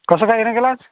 कसं काय येणं केलंत